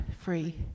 free